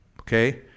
okay